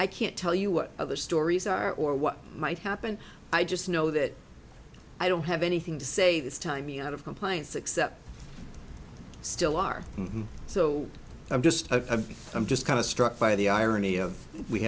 i can't tell you what other stories are or what might happen i just know that i don't have anything to say this time me out of complaints except still are so i'm just a i'm just kind of struck by the irony of